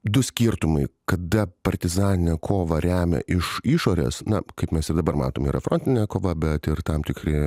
du skirtumai kada partizaninę kovą remia iš išorės na kaip mes dabar matome yra frotinė kova bet ir tam tikri